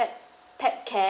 pet pet care